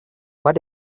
what